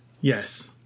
Yes